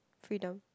Freedom